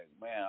man